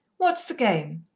what's the game?